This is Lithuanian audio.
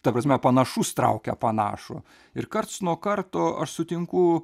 ta prasme panašus traukia panašų ir karts nuo karto aš sutinku